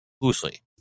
loosely